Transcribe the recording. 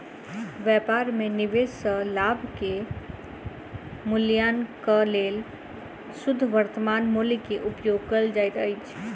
व्यापार में निवेश सॅ लाभ के मूल्याङकनक लेल शुद्ध वर्त्तमान मूल्य के उपयोग कयल जाइत अछि